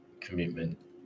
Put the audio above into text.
commitment